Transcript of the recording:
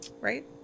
right